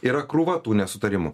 yra krūva tų nesutarimų